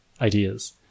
ideas